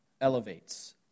elevates